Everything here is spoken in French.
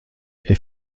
est